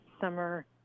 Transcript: summer